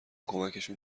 کمکشون